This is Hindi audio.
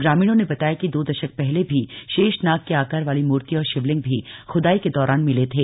ग्रामीणों ने बताया कि दो दशक पहले भी शेषनाग के आकार वाली मूर्ति और शिवलिंग भी खुदाई के दौरान मिले थे